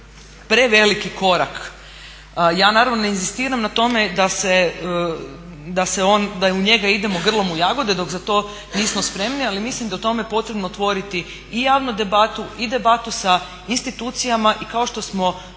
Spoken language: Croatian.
preveliki korak. Ja naravno inzistiram na tome da u njega idemo grlom u jagode dok za to nismo spremni, ali mislim da je o tome potrebno otvoriti i javnu debatu i debatu sa institucijama i kao što smo